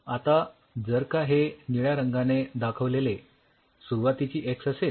आता जर का हे निळ्या रंगाने दाखवलेले सुरुवातीची एक्स असेल